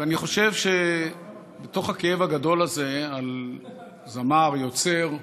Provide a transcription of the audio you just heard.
ואני חושב שבתוך הכאב הגדול הזה על זמר, יוצר,